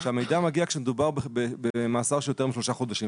המידע מגיע כשמדובר במאסר של יותר משלושה חודשים.